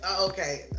okay